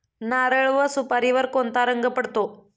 नारळ व सुपारीवर कोणता रोग पडतो?